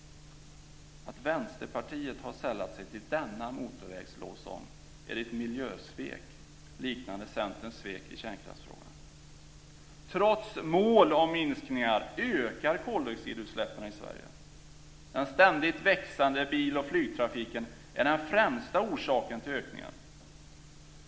Att Vänsterpartiet har sällat sig till denna motorvägslovsång är ett miljösvek liknande Centerns svek i kärnkraftsfrågan. Trots mål om minskningar ökar koldioxidutsläppen i Sverige. Den ständigt växande bil och flygtrafiken är den främsta orsaken till ökningen.